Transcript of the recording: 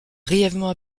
brièvement